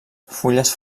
fulles